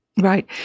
Right